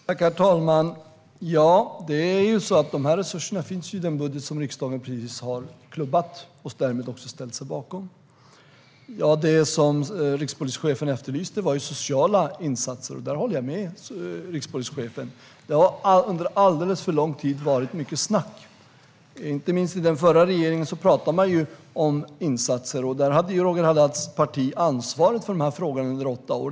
Herr talman! De här resurserna finns i den budget som riksdagen precis har klubbat och därmed också ställt sig bakom. Det som rikspolischefen efterlyste var sociala insatser, och jag håller med rikspolischefen. Det har under alldeles för lång tid varit mycket snack. Inte minst i den förra regeringen talade man om insatser, och där hade Roger Haddads parti ansvaret för de här frågorna under åtta år.